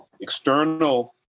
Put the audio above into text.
External